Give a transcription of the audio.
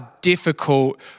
difficult